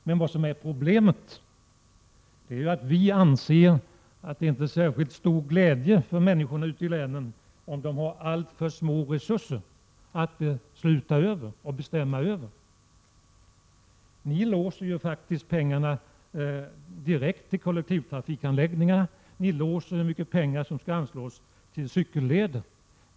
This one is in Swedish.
Vad vi anser vara problemet är att det inte är till särskilt stor glädje för människorna ute i länen om de har alltför små resurser att bestämma över. Ni låser ju faktiskt pengarna direkt till kollektivtrafikanläggningar, och ni låser hur mycket pengar som skall anslås till cykelleder.